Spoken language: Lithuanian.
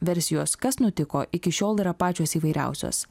versijos kas nutiko iki šiol yra pačios įvairiausios